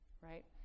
right